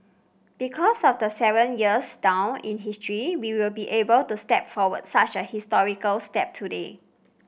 because of the seven years down in history we will be able to step forward such a historical step today